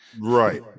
right